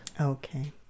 okay